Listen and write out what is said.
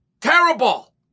terrible